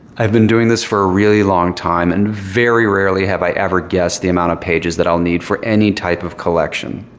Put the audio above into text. i've been doing this for a really long time and very rarely have i ever guessed the amount of pages that i'll need for any type of collection.